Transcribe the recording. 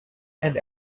and